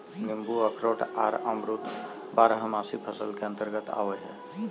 नींबू अखरोट आर अमरूद बारहमासी फसल के अंतर्गत आवय हय